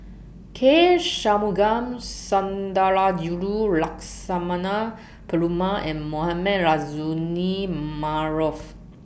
K Shanmugam Sundarajulu Lakshmana Perumal and Mohamed Rozani Maarof